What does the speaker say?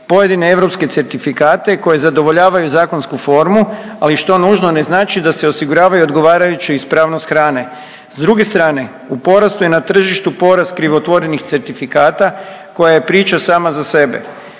pojedine europske certifikate koji zadovoljavaju zakonsku formu, ali što nužno ne znači da se osigurava i osiguravajuća ispranost hrane. S druge strane, u porastu je na tržištu porast krivotvorenih certifikata koja je priča sama za sebe.